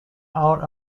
out